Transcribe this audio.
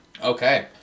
Okay